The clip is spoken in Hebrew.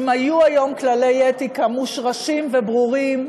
אילו היו היום כללי אתיקה מושרשים וברורים,